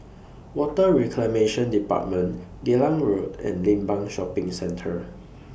Water Reclamation department Geylang Road and Limbang Shopping Centre